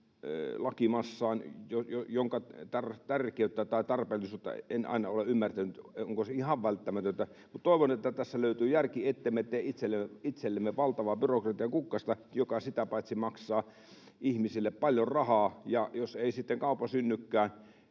lakimassaan, jonka tärkeyttä tai tarpeellisuutta en aina ole ymmärtänyt, onko se ihan välttämätöntä. Mutta toivon, että tässä löytyy järki, ettemme tee itsellemme valtavaa byrokratiakukkasta, joka sitä paitsi maksaa ihmisille paljon rahaa. Jos ei sitten kauppa synnykään